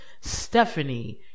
Stephanie